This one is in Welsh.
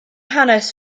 hanes